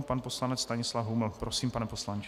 Pan poslanec Stanislav Huml, prosím, pane poslanče.